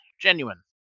genuine